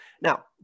Now